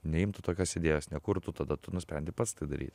neimtų tokios idėjos nekurtų tada tu nusprendi pats tai daryt